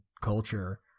culture